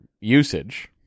usage